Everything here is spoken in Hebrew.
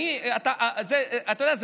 אתה יודע,